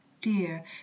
dear